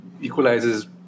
equalizes